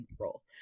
role